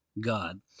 God